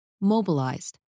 Mobilized